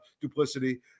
duplicity